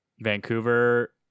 Vancouver